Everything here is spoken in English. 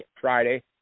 Friday